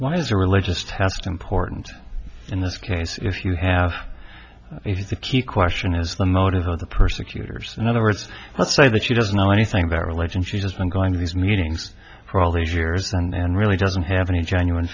why is a religious test important in this case if you have if the key question is the motive of the persecutors in other words let's say that she doesn't know anything that religion she has been going to these meetings for all these years and really doesn't have any genuine